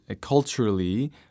culturally